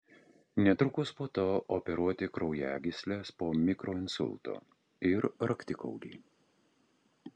netrukus po to operuoti kraujagysles po mikroinsulto ir raktikaulį